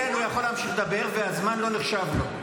כן, הוא יכול להמשיך לדבר, והזמן לא נחשב לו.